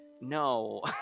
no